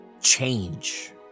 change